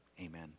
Amen